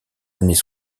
années